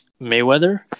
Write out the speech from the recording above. Mayweather